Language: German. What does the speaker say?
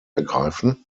ergreifen